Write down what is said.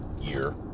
year